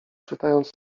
czytając